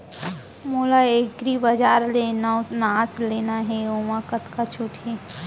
मोला एग्रीबजार ले नवनास लेना हे ओमा कतका छूट हे?